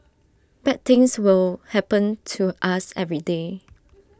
bad things will happen to us every day